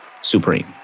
Supreme